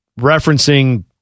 referencing